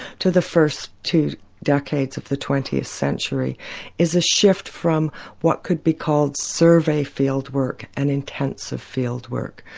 to the first two decades of the twentieth century is a shift from what could be called survey field work and intensive field work.